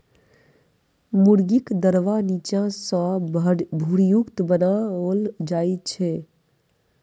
मुर्गीक दरबा नीचा सॅ भूरयुक्त बनाओल जाइत छै